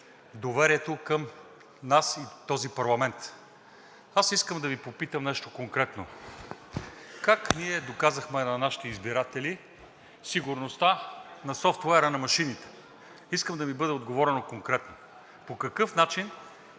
доверието към нас и този парламент. Искам да Ви попитам нещо конкретно: как ние доказахме на нашите избиратели сигурността на софтуера на машините? Искам да ми бъде отговорено конкретно: по какъв начин